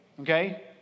Okay